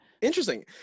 Interesting